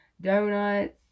Donuts